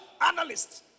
analysts